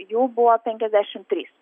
jų buvo penkiadešim trys